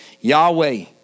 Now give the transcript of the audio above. Yahweh